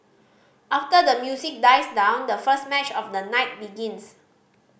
after the music dies down the first match of the night begins